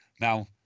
Now